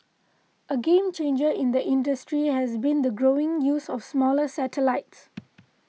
a game changer in the industry has been the growing use of smaller satellites